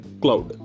cloud